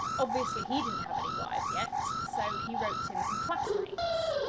ah obviously he didn't have any wives yet, so he roped in some classmates,